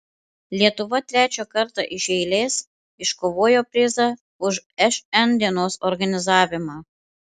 lietuva trečią kartą iš eilės iškovojo prizą už šn dienos organizavimą